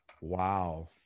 Wow